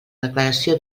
declaració